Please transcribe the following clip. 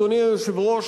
אדוני היושב-ראש,